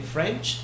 French